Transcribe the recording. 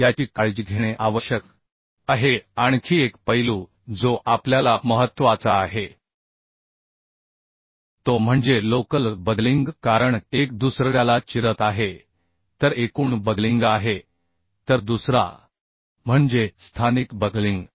याची काळजी घेणे आवश्यक आहे आणखी एक पैलू जो आपल्याला महत्त्वाचा आहे तो म्हणजे लोकल बकलिंग कारण एक दुसऱ्याला चिरत आहे तर एकूण बकलिंग आहे तर दुसरा म्हणजे स्थानिक बकलिंग